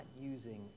using